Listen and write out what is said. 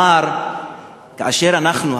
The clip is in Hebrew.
שכאשר אנחנו,